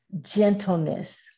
gentleness